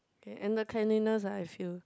and the cleanliness lah I feel